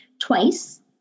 twice